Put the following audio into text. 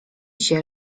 się